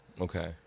Okay